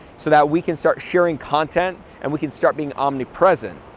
so that we can start sharing content, and we can start being omnipresent.